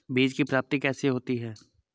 बीज की प्राप्ति कैसे होती है?